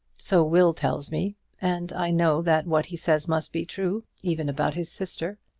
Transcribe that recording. so will tells me and i know that what he says must be true even about his sister.